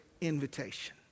invitation